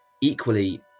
equally